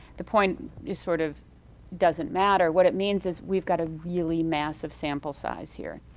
the point is sort of doesn't matter. what it means is we've got a really massive sample size here.